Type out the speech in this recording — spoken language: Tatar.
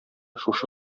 шушы